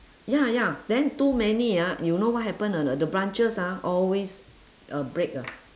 ya ya then too many ah you know what happen or not the branches ah always uh break lah